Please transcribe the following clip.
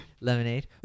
lemonade